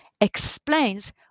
explains